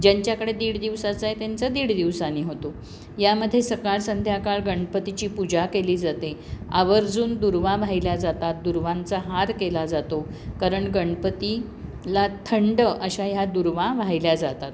ज्यांच्याकडे दीड दिवसाचा आहे त्यांचा दीड दिवसाने होतो यामध्ये सकाळ संध्याकाळ गणपतीची पूजा केली जाते आवर्जून दूर्वा वाहिल्या जातात दुर्वांचा हार केला जातो कारण गणपतीला थंड अशा ह्या दूर्वा वाहिल्या जातात